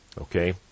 okay